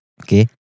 okay